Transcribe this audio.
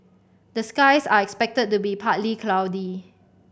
the skies are expected to be partly cloudy